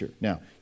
Now